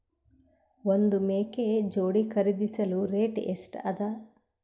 ಒಂದ್ ಮೇಕೆ ಜೋಡಿ ಖರಿದಿಸಲು ರೇಟ್ ಎಷ್ಟ ಅದ?